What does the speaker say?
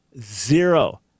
Zero